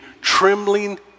Trembling